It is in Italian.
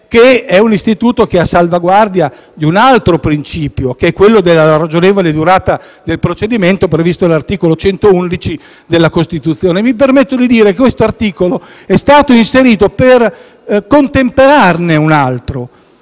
che è un istituto a salvaguardia di un altro principio, quello della ragionevole durata del processo, previsto all'articolo 111 della Costituzione. Mi permetto di dire che questo articolo è stato inserito per contemperarne un altro,